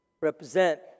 Represent